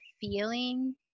feeling